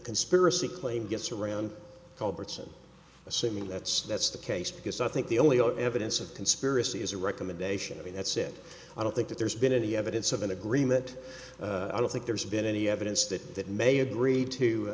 conspiracy claim gets around culverts i'm assuming that's that's the case because i think the only evidence of conspiracy is a recommendation i mean that's it i don't think that there's been any evidence of an agreement i don't think there's been any evidence that that may agreed to